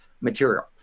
material